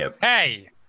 hey